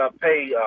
pay